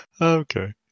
Okay